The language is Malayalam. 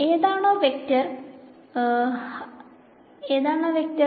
ഏതാണാ വെക്ടർ